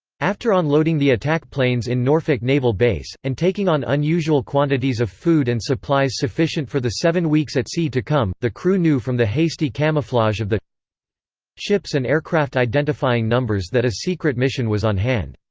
after on-loading the attack planes in norfolk naval base, and taking on unusual quantities of food and supplies sufficient for the seven weeks at-sea to come, the crew knew from the hasty camouflage of the ship's and aircraft identifying numbers that a secret mission was on hand.